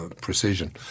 precision